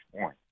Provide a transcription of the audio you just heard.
point